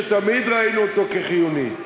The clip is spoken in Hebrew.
שתמיד ראינו אותו כחיוני,